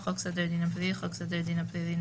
""חוק סדר הדין הפלילי" חוק סדר הדין הפלילי ,